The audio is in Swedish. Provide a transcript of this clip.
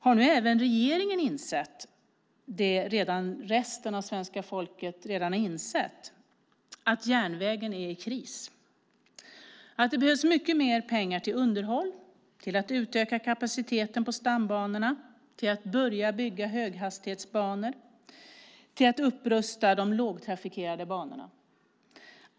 Har nu även regeringen insett det som resten av svenska folket redan har insett, att järnvägen är i kris och att det behövs mycket mer pengar till underhåll, till att utöka kapaciteten på stambanorna, till att börja bygga höghastighetsbanor och till att upprusta de lågtrafikerade banorna?